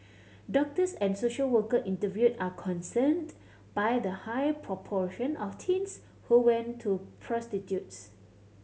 doctors and social worker interviewed are concerned by the high proportion of teens who went to prostitutes